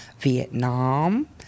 Vietnam